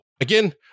again